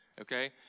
Okay